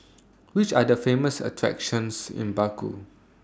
Which Are The Famous attractions in Baku